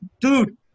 dude